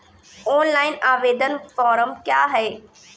Online आवेदन form क्या हैं?